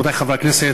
רבותי חברי הכנסת,